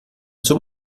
zum